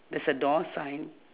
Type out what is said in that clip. there's a door sign